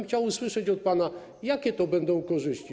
Chciałbym usłyszeć od pana, jakie to będą korzyści.